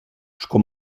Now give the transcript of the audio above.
sco